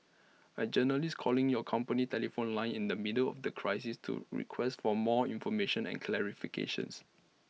A journalist calling your company telephone line in the middle of A crisis to request for more information and clarifications